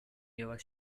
your